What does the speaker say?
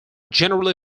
generally